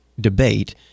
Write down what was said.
debate